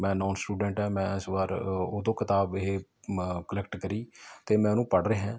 ਮੈਂ non student ਹਾਂ ਮੈਂ ਇਸ ਵਾਰ ਉਹ ਤੋਂ ਕਿਤਾਬ ਇਹ ਕੁਲੈਕਟ ਕਰੀ ਅਤੇ ਮੈਂ ਉਹਨੂੰ ਪੜ੍ਹ ਰਿਹਾਂ